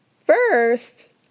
First